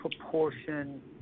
proportion